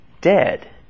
dead